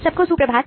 सबको सुप्रभात